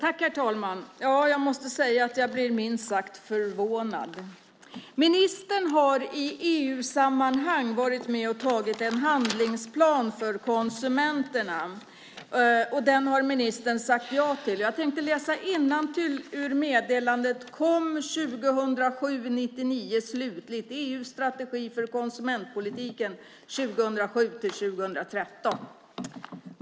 Herr talman! Jag måste säga att jag blir minst sagt förvånad. Ministern har i EU-sammanhang varit med och antagit en handlingsplan för konsumenterna. Den har ministern alltså sagt ja till. Jag tänkte läsa innantill ur meddelandet KOM 99 slutlig om EU:s strategi för konsumentpolitiken 2007-2013.